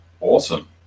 awesome